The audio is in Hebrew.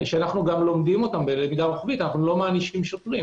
שאנו גם לומדים אותם בלמידה רוחבית אנחנו לא מענישים שוטרים,